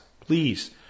please